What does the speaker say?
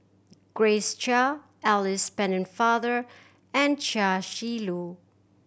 Grace Chia Alice Pennefather and Chia Shi Lu